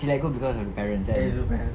she let go cause of the parents kan